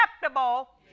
acceptable